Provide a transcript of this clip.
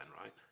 right